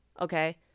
Okay